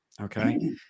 okay